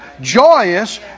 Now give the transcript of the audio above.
joyous